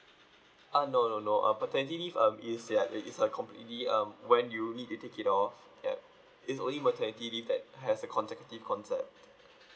uh no no no uh paternity leave um is ya it is a completely um when you need it you take it off yup it's only maternity leave that has a consecutive concept